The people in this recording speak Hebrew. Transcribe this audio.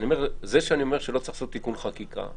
זה שאני אומר שלא צריך לעשות תיקון חקיקה,